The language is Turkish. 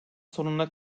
sonuna